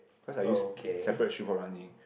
cause I use separate shoe for running